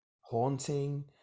Haunting